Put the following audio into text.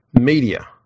media